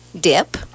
dip